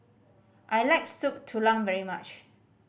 I like Soup Tulang very much